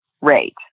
rate